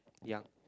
ya